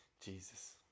Jesus